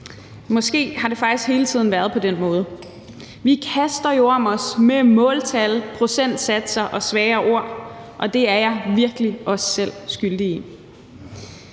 Måske har det faktisk hele tiden været på den måde. Vi kaster jo om os med måltal, procentsatser og svære ord, og det er jeg virkelig også selv skyldig i.